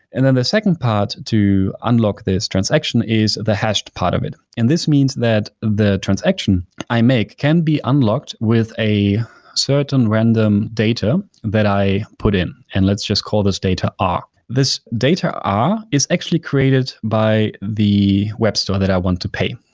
and then the second part to unlock this transaction is the hashed part of it, and this means that the transaction i make can be unlocked with a certain random data that i put in, and let's just call this data r. this data r is actually created by the web store that i want to pay,